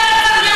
תודה, תודה רבה.